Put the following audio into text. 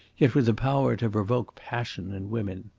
yet with the power to provoke passion in women.